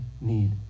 need